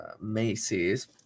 Macy's